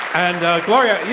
and, gloria,